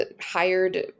hired